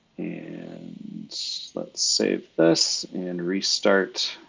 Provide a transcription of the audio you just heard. and so let's save this and restart